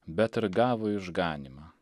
bet ir gavo išganymą